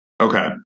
Okay